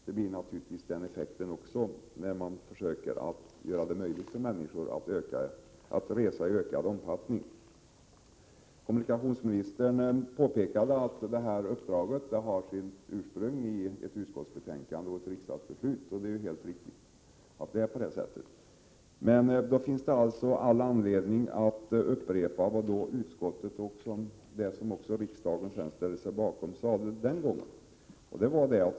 Det blir naturligtvis också den effekten när man försöker göra det möjligt för människor att resa i ökad omfattning. Kommunikationsministern påpekade att uppdraget har sitt ursprung i ett utskottsbetänkande och ett riksdagsbeslut. Det är helt riktigt. Därför finns det all anledning att upprepa vad utskottet sade och som riksdagen ställde sig bakom den gången.